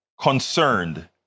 concerned